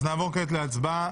אז נעבור כעת להצבעה.